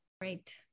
right